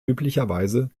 üblicherweise